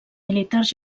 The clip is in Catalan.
militars